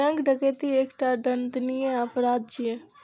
bank डकैती एकटा दंडनीय अपराध छियै